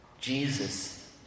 Jesus